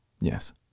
Yes